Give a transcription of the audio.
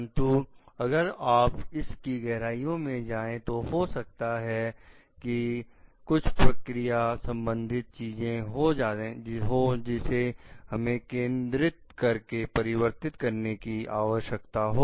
परंतु अगर आप इस की गहराइयों में जाएं तो हो सकता है कि कुछ प्रक्रिया संबंधी चीज हो जिसे हमें केंद्रित करके परिवर्तित करने की आवश्यकता हो